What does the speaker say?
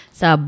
sa